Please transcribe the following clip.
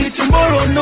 tomorrow